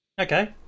okay